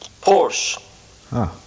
Porsche